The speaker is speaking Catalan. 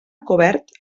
cobert